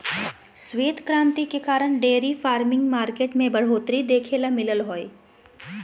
श्वेत क्रांति के कारण डेयरी फार्मिंग मार्केट में बढ़ोतरी देखे ल मिललय हय